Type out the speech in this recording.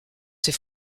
ses